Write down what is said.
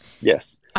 Yes